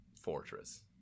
fortress